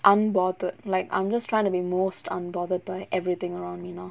unbothered like I'm just trying to be most unbothered by everything around me now